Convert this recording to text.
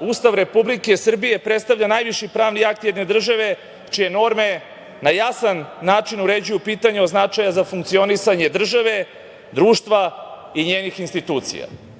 Ustav Republike Srbije predstavlja najviši pravni akt jedne države čije norme na jasan način uređuju pitanje od značaja za funkcionisanje države, društva i njenih institucija. Veoma